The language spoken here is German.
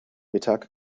mittag